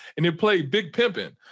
and it played, big pimpin'.